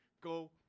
Go